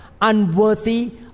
unworthy